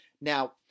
Now